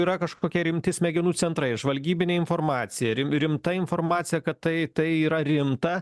yra kažkokie rimti smegenų centrai žvalgybinė informacija rim rimta informacija kad tai tai yra rimta